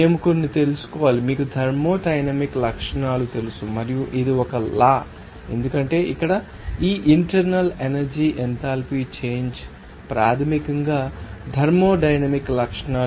మేము కొన్ని తెలుసుకోవాలి మీకు థర్మోడైనమిక్ లక్షణాలు తెలుసు మరియు ఇది ఒక లా ఎందుకంటే ఇక్కడ ఈ ఇంటర్నల్ ఎనర్జీ ఎంథాల్పీ చేంజ్ అవన్నీ ప్రాథమికంగా థర్మోడైనమిక్ లక్షణాలు